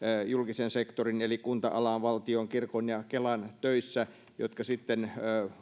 julkisen sektorin eli kunta alan valtion kirkon ja kelan töissä jotka sitten